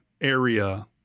area